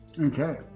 Okay